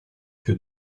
più